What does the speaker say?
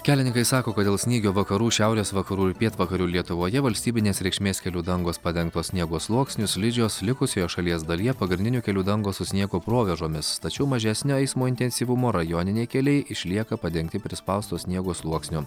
kelininkai sako kad dėl snygio vakarų šiaurės vakarų ir pietvakarių lietuvoje valstybinės reikšmės kelių dangos padengtos sniego sluoksniu slidžios likusioje šalies dalyje pagrindinių kelių dangos su sniego provėžomis tačiau mažesnio eismo intensyvumo rajoniniai keliai išlieka padengti prispausto sniego sluoksniu